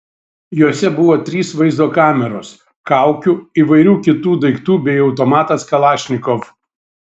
juose buvo trys vaizdo kameros kaukių įvairių kitų daiktų bei automatas kalašnikov